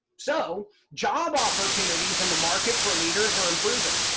so, job opportunities in the market for leaders are improving.